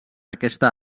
aquesta